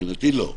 מבחינתי לא,